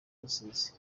rusizi